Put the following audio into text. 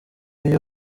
iyo